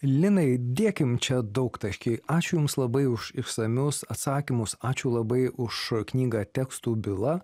linai dėkim čia daugtaškį ačiū jums labai už išsamius atsakymus ačiū labai už knygą tekstų byla